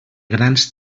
grans